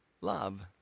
love